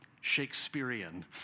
Shakespearean